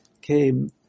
came